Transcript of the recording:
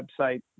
website